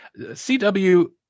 CW